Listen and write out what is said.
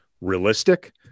realistic